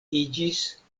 iĝis